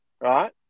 right